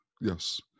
Yes